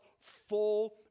full